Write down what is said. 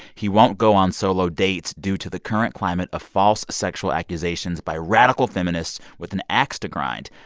he won't go on solo dates due to the current climate of false sexual accusations by radical feminists with an axe to grind.